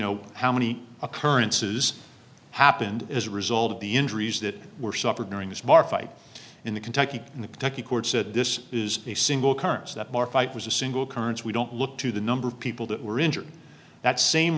know how many occurrences happened as a result of the injuries that were suffered during this march fight in the kentucky in the kentucky courts said this is a single occurrence that bar fight was a single currency we don't look to the number of people that were injured that same